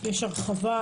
יש הרחבה,